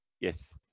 Yes